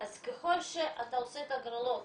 אז ככל שאתה עושה את ההגרלות